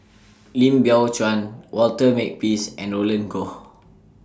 Lim Biow Chuan Walter Makepeace and Roland Goh